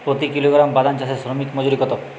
প্রতি কিলোগ্রাম বাদাম চাষে শ্রমিক মজুরি কত?